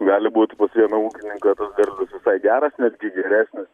gali būt pas vieną ūkininką tas derlius visai geras netgi geresnis